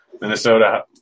Minnesota